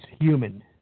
Human